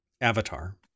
Avatar